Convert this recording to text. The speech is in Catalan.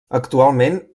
actualment